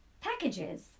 packages